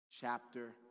chapter